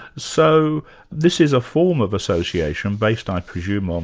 so this is a form of association based, i presume, um